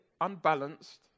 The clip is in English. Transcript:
unbalanced